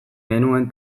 genuen